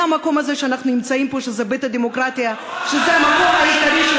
מהמקום הזה שאנחנו נמצאים בו,